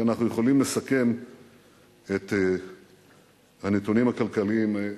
אנחנו יכולים לסכם את הנתונים הכלכליים,